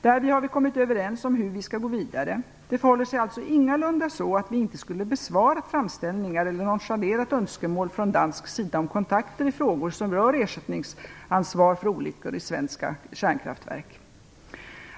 Därvid har vi kommit överens om hur vi skall gå vidare. Det förhåller sig alltså ingalunda så att vi inte besvarar framställningar eller nonchalerar önskemål från dansk sida om kontakter i frågor som rör ersättningsansvar för olyckor i svenska kärnkraftverk.